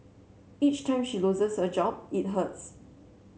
each time she loses a job it hurts